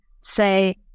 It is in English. say